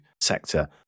sector